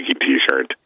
t-shirt